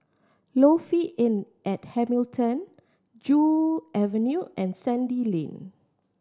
Lofi Inn at Hamilton Joo Avenue and Sandy Lane